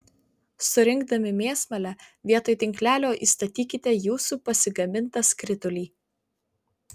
surinkdami mėsmalę vietoj tinklelio įstatykite jūsų pasigamintą skritulį